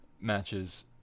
matches